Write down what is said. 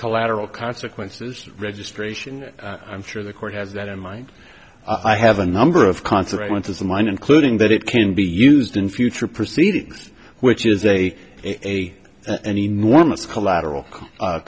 collateral consequences registration i'm sure the court has that in mind i have a number of consequences of mine including that it can be used in future proceedings which is a a an enormous collateral